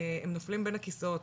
הם נופלים בין הכיסאות,